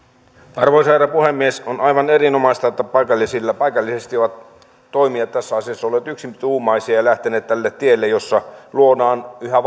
arvoisa herra puhemies on aivan erinomaista että toimijat ovat paikallisesti tässä asiassa olleet yksituumaisia ja lähteneet tälle tielle jolla luodaan yhä